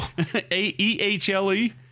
E-H-L-E